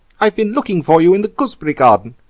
i've been looking for you in the gooseberry garden,